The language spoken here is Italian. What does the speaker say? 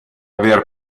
aver